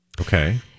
Okay